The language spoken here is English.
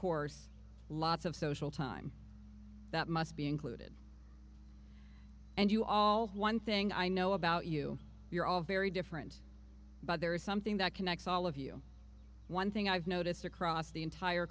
course lots of social time that must be included and you all one thing i know about you you're all very different but there is something that connects all of you one thing i've noticed across the entire